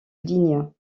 lignes